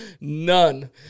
none